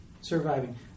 surviving